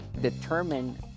determine